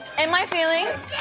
and my feelings.